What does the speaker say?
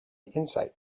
insight